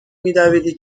میدویدی